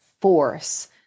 force